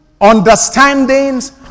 understandings